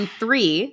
three